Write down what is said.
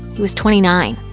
he was twenty nine.